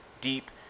deep